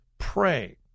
Pray